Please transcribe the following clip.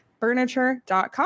furniture.com